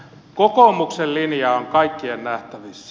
kokoomuksen linja on kaikkien nähtävissä